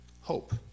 hope